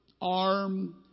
arm